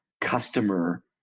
customer